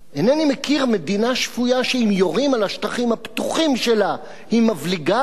אינני מכיר מדינה שפויה שאם יורים על השטחים הפתוחים שלה היא מבליגה,